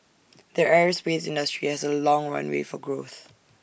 the aerospace industry has A long runway for growth